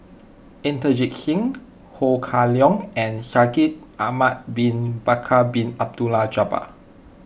Inderjit Singh Ho Kah Leong and Shaikh Ahmad Bin Bakar Bin Abdullah Jabbar